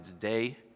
today